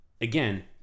again